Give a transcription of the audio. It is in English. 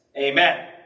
Amen